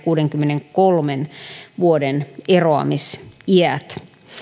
kuudenkymmenenkolmen vuoden eroamisiät